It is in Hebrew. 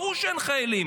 ברור שאין חיילים,